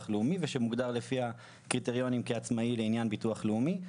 לאומי ושמוגדר לפי הקריטריונים כעצמאי לענין ביטוח לאומי,